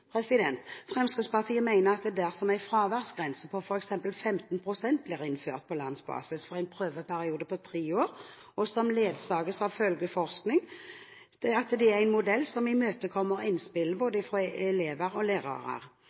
Fremskrittspartiet mener at dersom en fraværsgrense på f.eks. 15 pst. blir innført på landsbasis i en prøveperiode på tre år – og ledsages av følgeforskning – er det en modell som imøtekommer innspillene fra både elever og